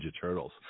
turtles